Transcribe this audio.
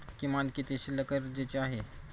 किमान किती शिल्लक गरजेची आहे?